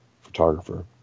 photographer